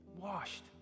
washed